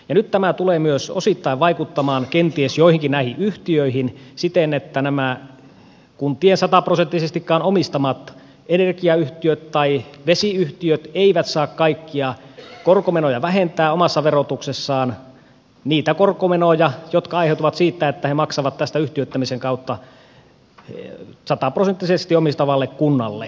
nyt tämä tulee myös osittain vaikuttamaan kenties joihinkin näihin yhtiöihin siten että nämä kuntien sataprosenttisestikaan omistamat energiayhtiöt tai vesiyhtiöt eivät saa vähentää kaikkia korkomenoja omassa verotuksessaan niitä korkomenoja jotka aiheutuvat siitä että he maksavat tästä yhtiöittämisen kautta sataprosenttisesti omistavalle kunnalle